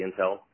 Intel